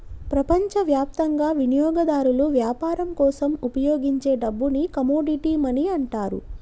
ప్రపంచవ్యాప్తంగా వినియోగదారులు వ్యాపారం కోసం ఉపయోగించే డబ్బుని కమోడిటీ మనీ అంటారు